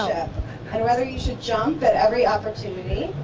and whether you should jump at every opportunity,